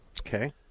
okay